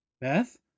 Beth